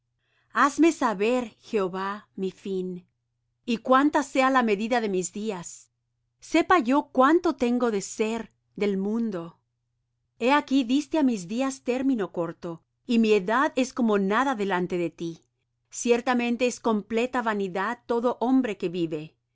hazme saber jehová mi fin y cuánta sea la medida de mis días sepa yo cuánto tengo de ser del mundo he aquí diste á mis días término corto y mi edad es como nada delante de ti ciertamente es completa vanidad todo hombre que vive